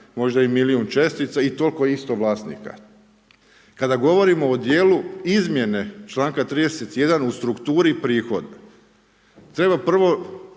možda i milion čestica i toliko isto vlasnika. Kada govorimo o dijelu izmjene čl. 31. u strukturi prihoda treba prvo